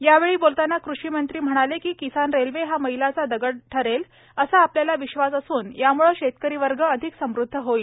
यावेळी बोलताना कृषिमंत्री नरेंद्रसिंह तोमर म्हणाले की किसान रेल्वे हा मैलाचा दगड ठरेल असा आपल्याला विश्वास असून यामूळे शेतकरी वर्ग अधिक समृद्धी होईल